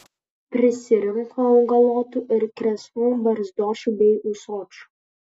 prisirinko augalotų ir kresnų barzdočių bei ūsočių